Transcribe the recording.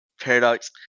Paradox